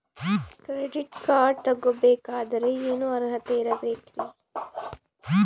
Credit card ತೊಗೋ ಬೇಕಾದರೆ ಏನು ಅರ್ಹತೆ ಇರಬೇಕ್ರಿ?